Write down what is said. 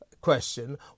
question